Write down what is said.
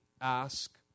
ask